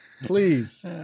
please